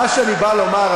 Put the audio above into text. מה שאני בא לומר,